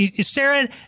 Sarah